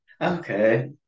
Okay